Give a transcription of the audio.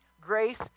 grace